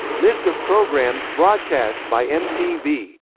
list of programs broadcast by mtv